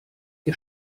ihr